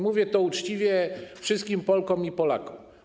Mówię to uczciwie wszystkim Polkom i Polakom.